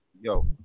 yo